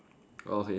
oh okay